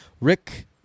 Rick